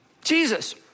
Jesus